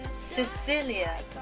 Cecilia